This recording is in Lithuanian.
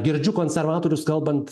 girdžiu konservatorius kalbant